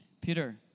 Peter